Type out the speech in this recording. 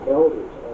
elders